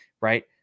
right